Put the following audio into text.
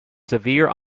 severe